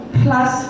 plus